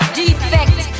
defect